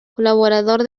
colaborador